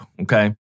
okay